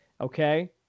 okay